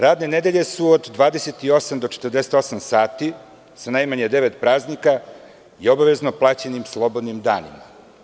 Radne nedelje su od 28 do 48 sati, sa najmanje devet praznika i obaveznim plaćenim slobodnim danima.